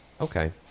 Okay